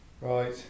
right